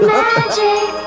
magic